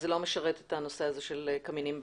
אז זה לא משרת את הנושא של קמינים ביתיים.